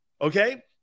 okay